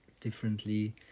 differently